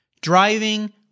driving